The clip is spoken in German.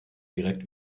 direkt